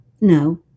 No